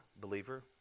believer